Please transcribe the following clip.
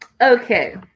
Okay